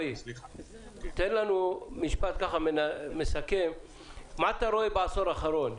תן לנו משפט מסכם מה אתה רואה בעשור האחרון,